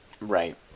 Right